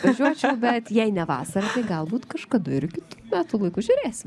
atvažiuočiau bet jei ne vasarą tai galbūt kažkada ir kitu metų laiku žiūrėsime